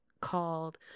called